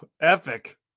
epic